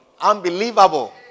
Unbelievable